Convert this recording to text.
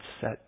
set